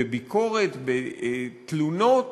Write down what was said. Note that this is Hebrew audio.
בביקורת, בתלונות,